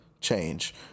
change